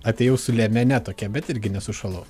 atėjau su liemene tokia bet irgi nesušalau